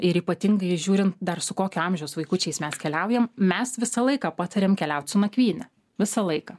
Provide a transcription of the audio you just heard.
ir ypatingai žiūrint dar su kokio amžiaus vaikučiais mes keliaujam mes visą laiką patariam keliaut su nakvyne visą laiką